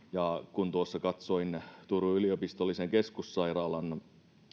kun tuossa katsoin turun yliopistollisen keskussairaalan